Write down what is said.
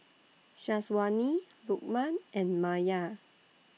Syazwani Lukman and Maya